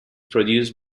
produced